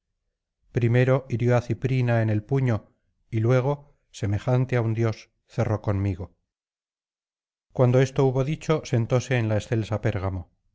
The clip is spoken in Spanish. primero hirió á ciprina en el puño y luego semejante á un dios cerró conmigo cuando esto hubo dicho sentóse en la excelsa pérgamo